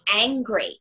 angry